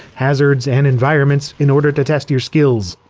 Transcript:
hazards, and environments in order to test your skills.